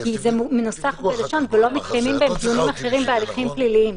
זה מנוסח "ולא מתקיימים בהם דיונים אחרים בהליכים פליליים".